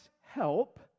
help